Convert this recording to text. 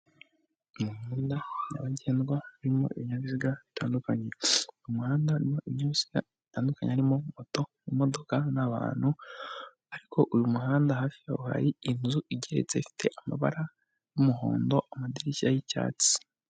Umuhanda nyabagendwa urimo ibinyabiziga bitandukanye, umuhanda urimo ibinyabiziga bitandukanye harimo moto, imodoka n'abantu, ariko uyu muhanda hafi yawo hari inzu igeretse ifite amabara y'umuhondo, amadirishya y'icyatsi.